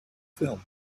film